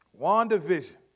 WandaVision